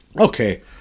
Okay